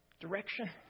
direction